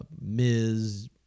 Miz